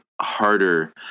harder